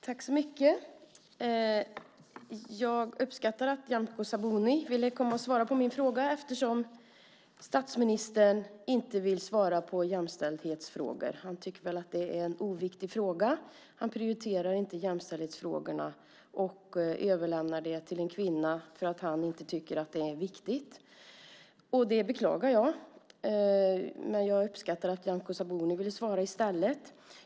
Herr talman! Jag uppskattar att Nyamko Sabuni ville komma och svara på min fråga eftersom statsministern inte vill svara på jämställdhetsfrågor. Han tycker väl att det är oviktiga frågor. Han prioriterar inte jämställdhetsfrågorna, och överlämnar dem till en kvinna därför att han inte tycker att de är viktiga. Det beklagar jag, men jag uppskattar att Nyamko Sabuni ville svara i stället.